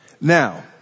Now